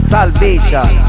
Salvation